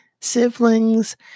siblings